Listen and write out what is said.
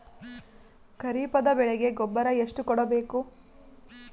ಖರೀಪದ ಬೆಳೆಗೆ ಗೊಬ್ಬರ ಎಷ್ಟು ಕೂಡಬೇಕು?